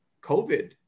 COVID